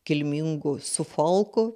kilmingų sufolkų